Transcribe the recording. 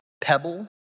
pebble